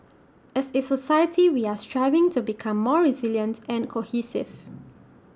as A society we are striving to become more resilient and cohesive